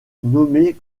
nommés